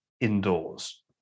indoors